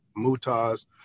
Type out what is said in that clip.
Mutaz